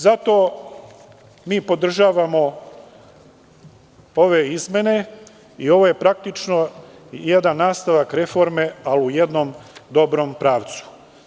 Zato mi podržavamo ove izmene i ovo je praktično jedan nastavak reforme, a u jednom dobrom pravcu.